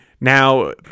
now